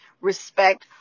respect